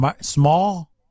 small